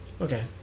Okay